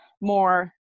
more